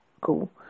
Cool